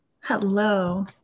Hello